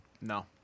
No